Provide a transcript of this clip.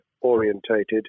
orientated